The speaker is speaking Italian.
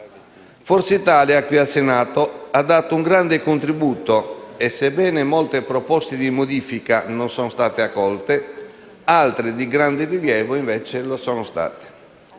Forza Italia, qui al Senato, ha dato un grande contributo e, sebbene molte proposte di modifica non siano state accolte, altre di grande rilievo, invece, lo sono state.